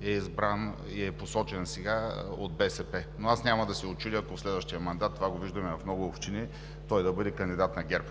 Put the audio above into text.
е избран, е посочен сега от БСП, но аз няма да се учудя, ако в следващия мандат – това го виждаме в много общини, той да бъде кандидат на ГЕРБ,